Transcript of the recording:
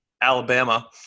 Alabama